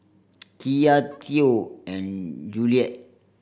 Kiya Theo and Juliette